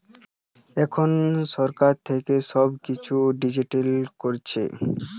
এখন সরকার থেকে সব কিছু ডিজিটাল করছে